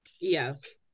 Yes